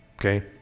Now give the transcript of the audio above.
okay